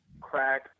crack